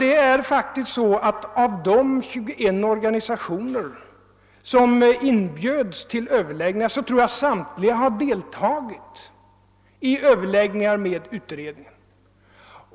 Jag tror, fru Nettelbrandt, att av de 21 organisationer som inbjöds till överläggningar med utredningen har samtliga deltagit.